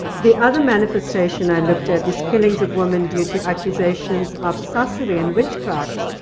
the other manifestation i looked at is killings of women due to accusations of sorcery and witchcraft.